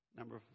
Number